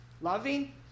loving